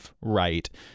right